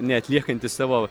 neatliekantis savo